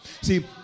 See